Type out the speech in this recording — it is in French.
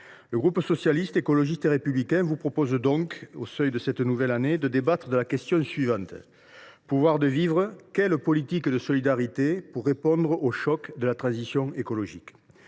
Le groupe Socialiste, Écologiste et Républicain vous propose donc, au seuil de cette nouvelle année, de débattre de la question suivante : «“Pouvoir de vivre” : quelles politiques de solidarité pour répondre au choc de la transition écologique ?